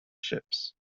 ships